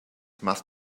must